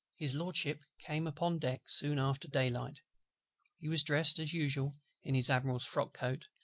his lordship came upon deck soon after day-light he was dressed as usual in his admiral's frock-coat,